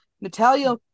Natalia